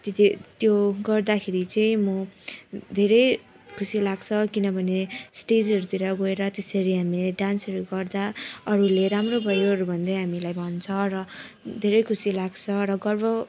त्यति त्यो गर्दाखेरि चाहिँ म धेरै खुसी लाग्छ किनभने स्टेजहरूतिर गएर त्यसरी हामीले डान्सहरू गर्दा अरूले राम्रो भयोहरू भन्दै हामीलाई भन्छ र धेरै खुसी लाग्छ र गर्व